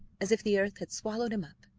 as if the earth had swallowed him up.